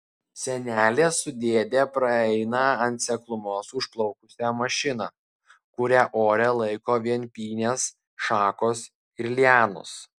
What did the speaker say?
senelė su dėde praeina ant seklumos užplaukusią mašiną kurią ore laiko vien pynės šakos ir lianos